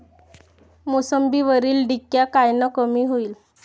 मोसंबीवरील डिक्या कायनं कमी होईल?